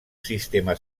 sistema